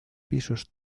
pisos